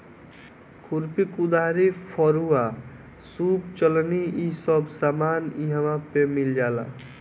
खुरपी, कुदारी, फरूहा, सूप चलनी इ सब सामान इहवा पे मिल जाला